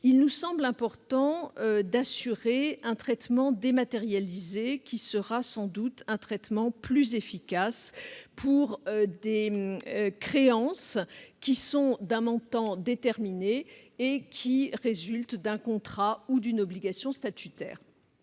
Il nous semble toutefois important d'assurer un traitement dématérialisé qui sera sans doute plus efficace pour des créances d'un montant déterminé et qui résultent d'un contrat ou d'une obligation statutaire.